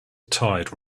tide